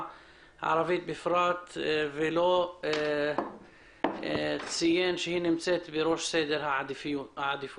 הערבית בפרט ולא ציין שזה נמצא בראש סדר העדיפות.